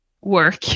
work